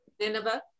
Nineveh